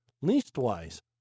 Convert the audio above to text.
Leastwise